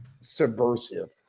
subversive